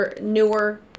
newer